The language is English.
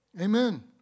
Amen